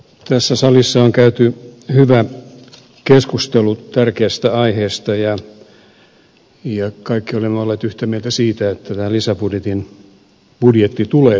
tässä salissa on käyty hyvä keskustelu tärkeästä aiheesta ja kaikki olemme olleet yhtä mieltä siitä että tämä lisäbudjetti tulee tarpeeseen